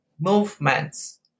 movements